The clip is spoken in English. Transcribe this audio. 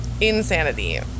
insanity